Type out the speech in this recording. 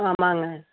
ஆமாங்க